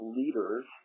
leaders